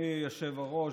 אדוני היושב-ראש,